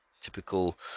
typical